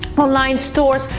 online stores,